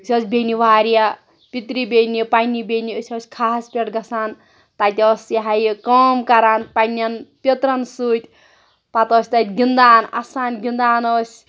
أسۍ آسہٕ بیٚنہِ واریاہ پِترِ بیٚنہِ پنٛنہِ بیٚنہِ أسۍ ٲسۍ کھَہَس پٮ۪ٹھ گَژھان تَتہِ ٲس یہِ ہَہ یہِ کٲم کَران پنٛنٮ۪ن پِترَن سۭتۍ پَتہٕ ٲسۍ تَتہِ گِنٛدان اَسان گِنٛدان ٲسۍ